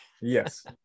Yes